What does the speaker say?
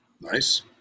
Nice